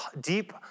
deep